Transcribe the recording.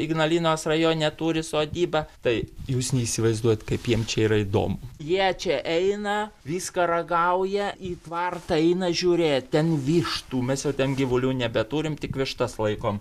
ignalinos rajone turi sodybą tai jūs neįsivaizduojat kaip jiem čia yra įdomu jie čia eina viską ragauja į tvartą eina žiūrėt ten vištų mes jau ten gyvulių nebeturim tik vištas laikom